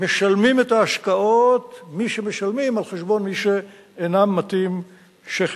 משלמים את ההשקעות מי שמשלמים על חשבון מי שאינם מטים שכם.